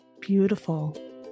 Beautiful